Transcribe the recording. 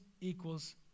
equals